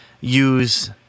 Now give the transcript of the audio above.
use